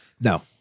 No